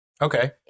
Okay